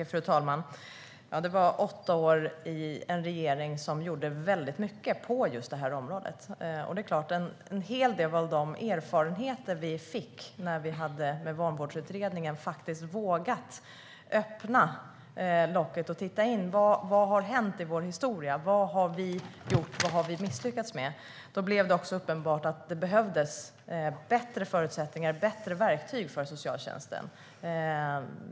Fru talman! Det var åtta år i en regering som gjorde mycket på just detta område. Med den så kallade Vanvårdsutredningen vågade vi lyfta på locket och titta på vad som faktiskt hänt i vår historia, vad vi gjort och vad vi misslyckats med. Då blev det uppenbart att det behövdes bättre förutsättningar och verktyg för socialtjänsten.